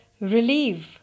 relieve